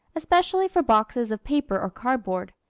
especially for boxes of paper or cardboard.